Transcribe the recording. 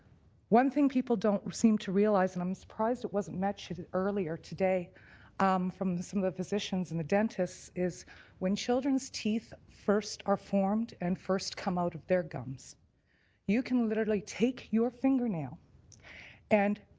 one thing people don't seem to realize, and i'm surprised it wasn't mentioned earlier today from the but physicians and the dentists is when children's teeth first are formed and first come out of their gums you can literally take your fingernail and